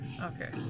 Okay